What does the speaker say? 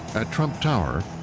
at trump tower,